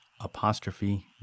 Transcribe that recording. apostrophe